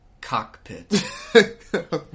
cockpit